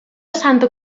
santa